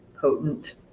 potent